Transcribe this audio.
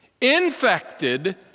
infected